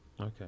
Okay